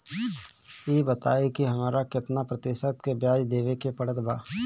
ई बताई की हमरा केतना प्रतिशत के ब्याज देवे के पड़त बा?